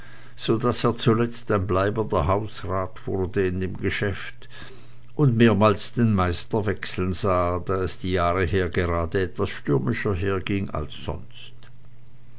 so daß er zuletzt ein bleibender hausrat wurde in dem geschäft und mehrmals den meister wechseln sah da es die jahre her gerade etwas stürmischer herging als sonst